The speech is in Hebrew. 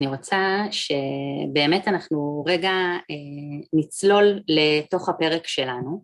אני רוצה שבאמת אנחנו רגע נצלול לתוך הפרק שלנו.